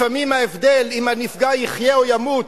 לפעמים ההבדל אם הנפגע יחיה או ימות,